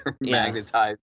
magnetized